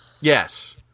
Yes